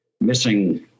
missing